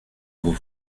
vos